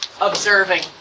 observing